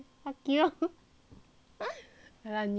!hanna! 你啦你啦你啦